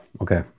Okay